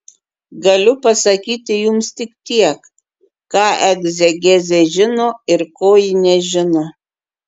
galiu pasakyti jums tik tiek ką egzegezė žino ir ko ji nežino